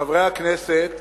חברי הכנסת,